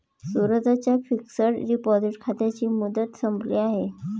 सूरजच्या fixed deposit खात्याची मुदत संपली आहे